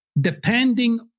depending